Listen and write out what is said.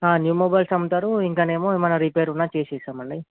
new mobiles అమ్ముతారు ఇంకా ఏమో ఏమైనా రిపేర్ ఉన్నా చేసి ఇస్తాము అండి